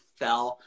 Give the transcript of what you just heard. fell